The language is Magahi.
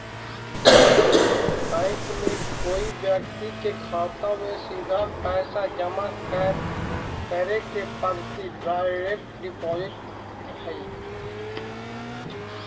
बैंक में कोई व्यक्ति के खाता में सीधा पैसा जमा करे के पद्धति डायरेक्ट डिपॉजिट हइ